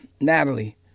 Natalie